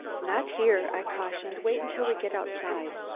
not here! i cautioned. wait until we get outside!